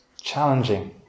Challenging